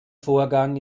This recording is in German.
vorgang